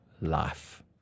life